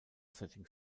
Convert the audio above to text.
setting